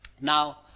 Now